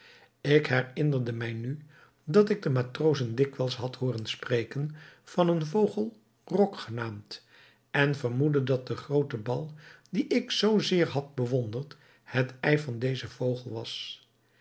ik herinnerde mij nu dat ik de matrozen dikwijls had hooren spreken van een vogel rok genaamd en vermoedde dat de groote bal dien ik zoo zeer had bewonderd het ei van dezen vogel was